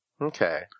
Okay